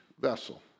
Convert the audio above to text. vessel